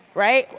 right.